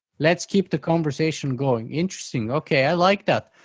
let's keep the conversation going. interesting. okay, i like that.